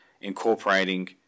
incorporating